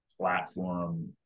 platform